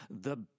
the